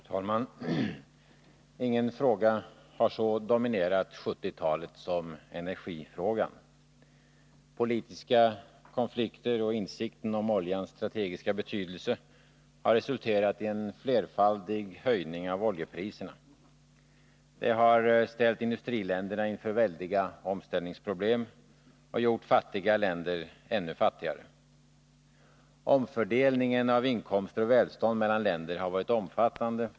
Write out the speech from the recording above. Fru talman! Ingen fråga har så dominerat 1970-talet som energifrågan. Politiska konflikter och insikten om oljans strategiska betydelse har resulterat i en flerfaldig höjning av oljepriserna. Det har ställt industriländerna inför väldiga omställningsproblem och gjort fattiga länder ännu fattigare. Omfördelningen av inkomster och välstånd mellan länder har varit omfattande.